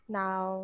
now